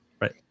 Right